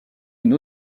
une